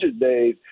days